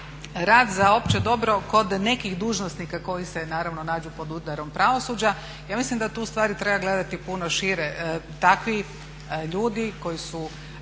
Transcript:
rad za opće dobro kod nekih dužnosnika koji se naravno nađu pod udarom pravosuđa. Ja mislim da tu stvari treba gledati puno šire. Takvi ljudi protiv